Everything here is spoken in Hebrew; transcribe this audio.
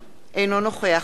אינו נוכח אהוד ברק,